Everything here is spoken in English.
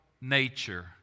nature